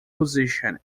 position